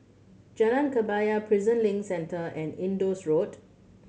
Jalan Kebaya Prison Link Centre and Indus Road